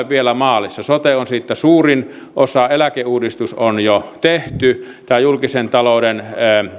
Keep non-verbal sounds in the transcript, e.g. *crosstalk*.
*unintelligible* vielä maalissa sote on siitä suurin osa eläkeuudistus on jo tehty julkisen talouden